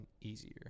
Easier